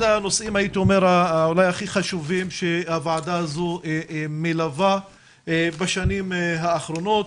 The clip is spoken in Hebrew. הנושאים אולי הכי חשובים שהוועדה הזו מלווה בשנים האחרונות,